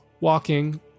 walking